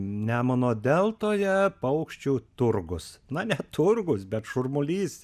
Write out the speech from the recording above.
nemuno deltoje paukščių turgus na ne turgus bet šurmulys